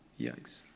Yikes